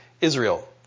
Israel